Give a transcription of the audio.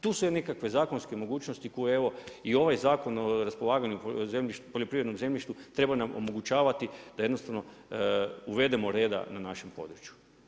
Tu su nekakve zakonske mogućnosti, koje evo, i ovaj zakon raspolaganju poljoprivrednom zemljištu treba omogućavati da jednostavno uvedemo reda na našem području.